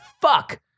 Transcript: fuck